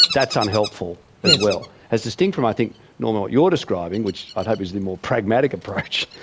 that's unhelpful as well. as distinct from i think, norman, what you're describing, which i'd hope is the more pragmatic approach,